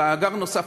מאגר נוסף,